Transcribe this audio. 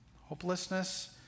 Hopelessness